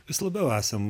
vis labiau esam